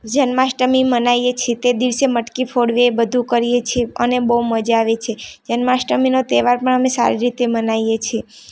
જન્માષ્ટમી મનાવીએ છીએ તે દિવસે મટકી ફોડવી એ બધું કરીએ છીએ અને બહુ મજા આવે છે જન્માષ્ટમીનો તહેવાર પણ અમે સારી રીતે મનાવીએ છીએ